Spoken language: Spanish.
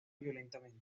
violentamente